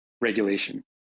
regulation